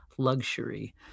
luxury